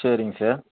சரிங்க சார்